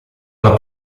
una